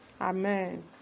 Amen